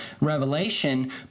revelation